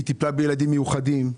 היא טיפלה בילדים מיוחדים.